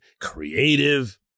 creative